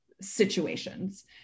situations